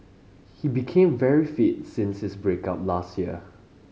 he became very fit since his break up last year